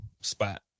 spot